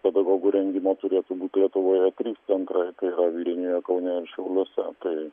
pedagogų rengimo turėtų būti lietuvoje trys centrai tai yra vilniuje kaune ir šiauliuose tai